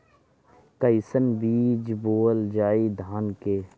कईसन बीज बोअल जाई धान के?